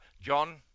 John